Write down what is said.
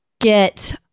get